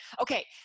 okay